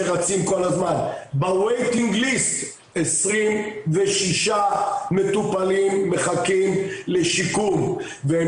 ב- waiting list 26 מטופלים מחכים לשיקום והם